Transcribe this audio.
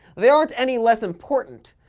they aren't any less important,